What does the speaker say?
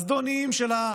חברים,